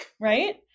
Right